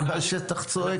השטח צועק.